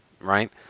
right